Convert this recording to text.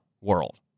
world